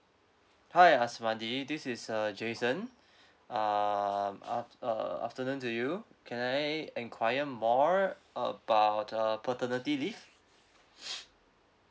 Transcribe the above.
hi azbadi this is uh jason um af~ uh afternoon to you can I inquire more about uh paternity leave